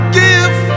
give